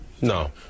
No